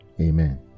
amen